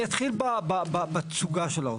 אני אתחיל בתצוגה של האוצר.